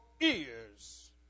ears